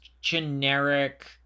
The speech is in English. generic